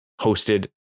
hosted